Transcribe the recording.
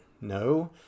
No